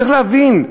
צריך להבין,